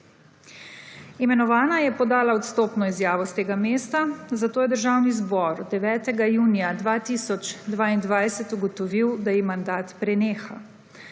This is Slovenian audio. Imenovana je podala odstopno izjavo s tega mesta, zato je državni zbor 9. junija 2022 ugotovil, da ji mandat preneha.